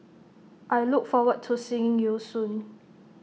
I look forward to seeing you soon